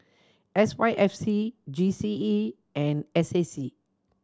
S Y F C G C E and S A C